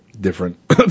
different